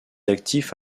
actifs